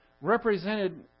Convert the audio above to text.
represented